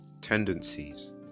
tendencies